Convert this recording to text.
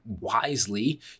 wisely